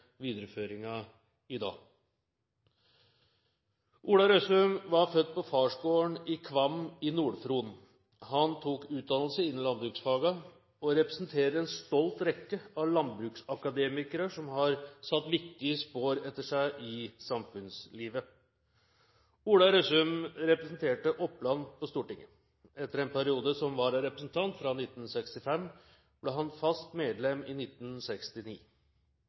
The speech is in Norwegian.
i dag. Ola Røssum var født på farsgården i Kvam i Nord-Fron. Han tok utdannelse innen landbruksfagene og representerer en stolt rekke av landbruksakademikere som har satt viktige spor etter seg i samfunnslivet. Ola Røssum representerte Oppland på Stortinget. Etter en periode som vararepresentant fra 1965 ble han fast medlem i 1969.